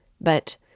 But